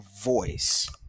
voice